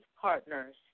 partners